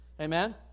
Amen